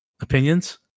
opinions